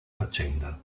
faccenda